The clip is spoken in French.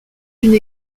une